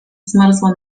zmarzła